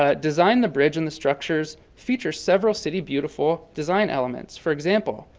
ah designed the bridge and the structures features several city beautiful design elements. for example,